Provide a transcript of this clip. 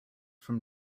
from